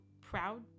Proud